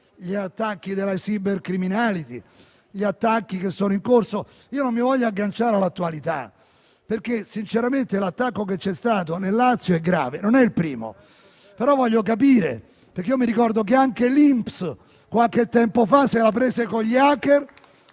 gli attacchi del *cybercrime,* che sono in corso. Non mi voglio agganciare all'attualità, perché sinceramente l'attacco che c'è stato nel Lazio è grave ma non è il primo; voglio capire, però, perché mi ricordo che anche l'INPS qualche tempo fa se la prese con gli *hacker*